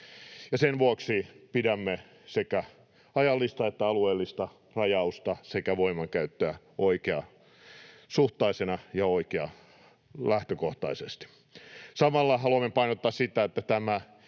Sen vuoksi pidämme sekä ajallista että alueellista rajausta sekä voimankäyttöä oikeasuhtaisena lähtökohtaisesti. Samalla haluamme painottaa sitä,